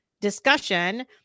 discussion